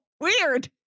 weird